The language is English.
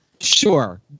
Sure